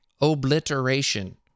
obliteration